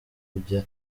kujya